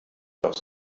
aufs